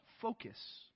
focus